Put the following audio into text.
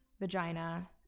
vagina